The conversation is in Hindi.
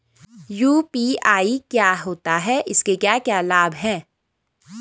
यु.पी.आई क्या होता है इसके क्या क्या लाभ हैं?